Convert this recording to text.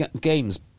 games